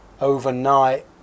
overnight